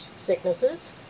sicknesses